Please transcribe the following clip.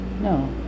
no